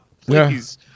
Please